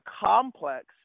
complex